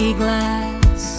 glass